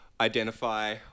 identify